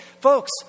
folks